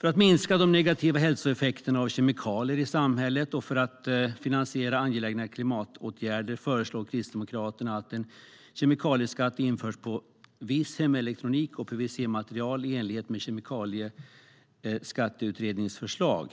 För att minska de negativa hälsoeffekterna av kemikalier i samhället och för att finansiera angelägna klimatåtgärder föreslår Kristdemokraterna att en kemikalieskatt införs på viss hemelektronik och på PVC-material i enlighet med Kemikalieskatteutredningens förslag.